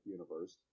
Universe